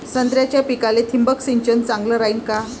संत्र्याच्या पिकाले थिंबक सिंचन चांगलं रायीन का?